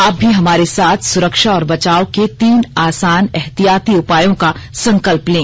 आप भी हमारे साथ सुरक्षा और बचाव के तीन आसान एहतियाती उपायों का संकल्प लें